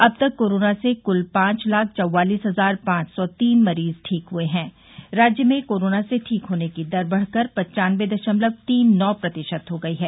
अब तक कोरोना से कुल पांच लाख चौवालिस हजार पांच सौ तीन मरीज ठीक हुए है राज्य में कोरोना से ठीक होने की दर बढ़कर पन्वानबे दशमलव तीन न्नी प्रतिशत हो गई है